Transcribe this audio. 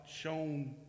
shown